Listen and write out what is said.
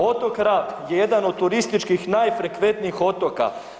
Otok Rab je jedan od turističkih najfrekventnijih otoka.